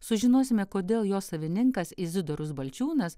sužinosime kodėl jo savininkas izidorius balčiūnas